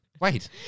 Wait